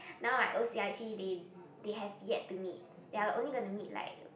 now I o_c_i_p they they have yet to meet we are only gonna meet like